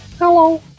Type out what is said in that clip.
Hello